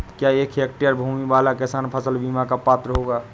क्या एक हेक्टेयर भूमि वाला किसान फसल बीमा का पात्र होगा?